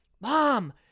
mom